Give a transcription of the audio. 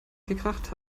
gekracht